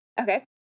Okay